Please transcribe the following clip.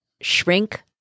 shrink